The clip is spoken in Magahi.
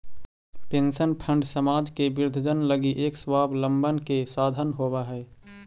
पेंशन फंड समाज के वृद्धजन लगी एक स्वाबलंबन के साधन होवऽ हई